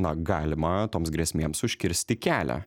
na galima toms grėsmėms užkirsti kelią